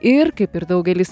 ir kaip ir daugelis